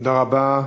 תודה רבה.